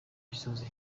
gisozi